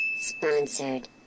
Sponsored